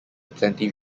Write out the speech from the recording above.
plenty